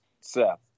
Seth